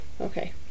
Okay